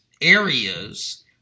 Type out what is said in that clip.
areas